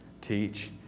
teach